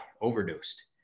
overdosed